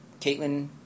Caitlin